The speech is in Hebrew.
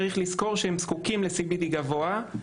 צריך לזכור שהם זקוקים ל-CBD גבוה.